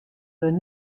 wurd